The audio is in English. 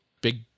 Big